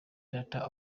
data